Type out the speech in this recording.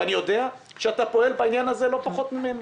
אני יודע שאתה פועל בעניין הזה לא פחות ממני.